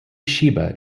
shiba